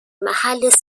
محل